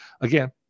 again